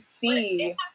see